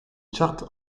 charts